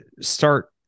start